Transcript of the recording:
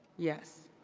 yes.